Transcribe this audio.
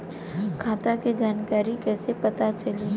खाता के जानकारी कइसे पता चली?